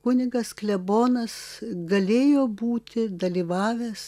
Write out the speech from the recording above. kunigas klebonas galėjo būti dalyvavęs